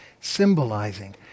symbolizing